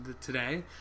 Today